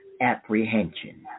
apprehension